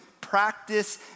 practice